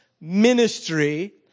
ministry